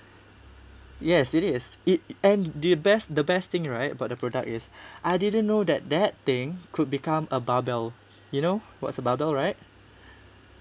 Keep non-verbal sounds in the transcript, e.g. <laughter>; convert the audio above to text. yes is it and the best the best thing right about the product is <breath> I didn't know that that thing could become a barbell you know what's a barbell right